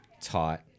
taught